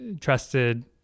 trusted